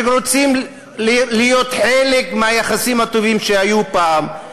שרוצים להיות חלק מהיחסים הטובים שהיו פעם.